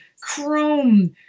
chrome